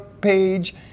page